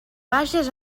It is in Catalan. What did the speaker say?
vages